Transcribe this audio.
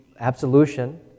Absolution